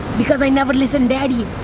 because i never listen daddy.